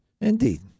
Indeed